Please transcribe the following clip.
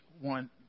one